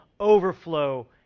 overflow